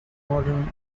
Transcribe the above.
modern